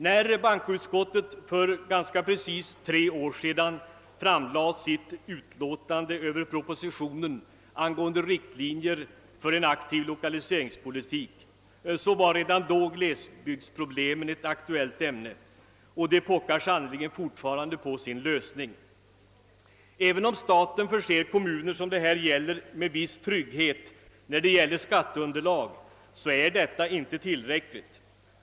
När bankoutskottet för ganska precis tre år sedan framlade sitt utlåtande över propositionen angående riktlinjer för en aktiv lokaliseringspolitik var redan då glesbygdsproblemet ett aktuellt ämne, och det pockar sannerligen fortfarande på sin lösning. Även om staten förser de kommuner som det här gäller med viss trygghet i fråga om skatteunderlag, är detta inte tillräckligt.